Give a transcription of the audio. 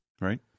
Right